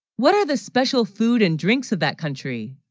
what are the special food and drinks of that country